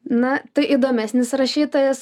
na tai įdomesnis rašytojas